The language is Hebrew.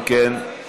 פרק ב'1